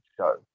show